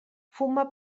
fuma